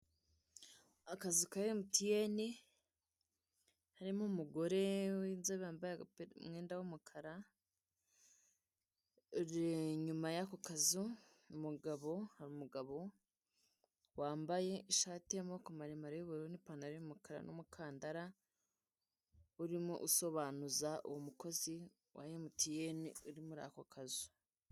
Akazu ka MTN harimo umugore w'inzobe wambaye umwenda w'umukara, inyuma yako kazu umugabo hari umugabo wambaye ishati y'amaboko maremare y'ubururu, ipantaro y'umukara n'umukandara arimo asobanuza umukozi wa MTN uri muri ako kazu.